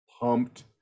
pumped